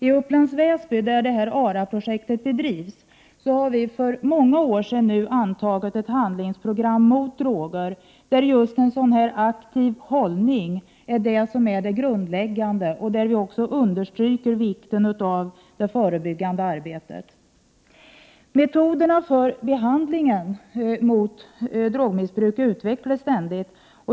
I Upplands Väsby kommun, där ARA-projektet bedrivs, har vi för många år sedan antagit ett handlingsprogram mot droger där just en sådan aktiv hållning är det grundläggande och i vilken vi understryker vikten av det förebyggande arbetet. Metoderna för behandling av drogmissbruk utvecklas ständigt.